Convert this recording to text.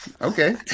Okay